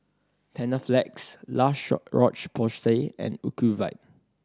Panaflex La Roche Porsay and Ocuvite